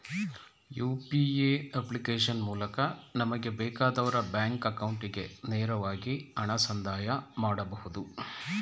UPA application ಮೂಲಕ ನಮಗೆ ಬೇಕಾದವರ ಬ್ಯಾಂಕ್ ಅಕೌಂಟಿಗೆ ನೇರವಾಗಿ ಹಣ ಸಂದಾಯ ಮಾಡಬಹುದು